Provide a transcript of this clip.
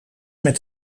met